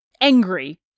angry